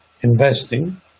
investing